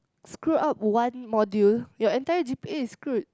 screw up one module your entire G_P_A is screwed